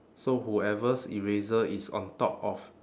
so whoever's eraser is on top of